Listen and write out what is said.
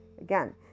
Again